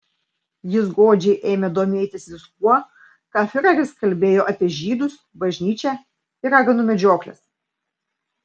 jis godžiai ėmė domėtis viskuo ką fiureris kalbėjo apie žydus bažnyčią ir raganų medžiokles